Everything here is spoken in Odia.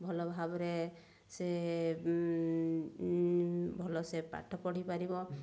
ଭଲ ଭାବରେ ସେ ଭଲସେ ପାଠ ପଢ଼ିପାରିବ